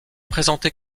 présentée